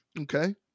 Okay